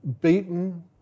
beaten